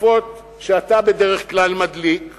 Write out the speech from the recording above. שרפות שאתה בדרך כלל מדליק בעצמך,